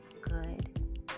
good